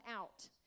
out